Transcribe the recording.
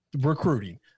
Recruiting